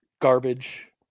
garbage